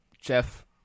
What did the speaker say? jeff